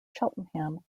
cheltenham